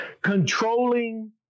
controlling